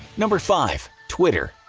number five. twitter.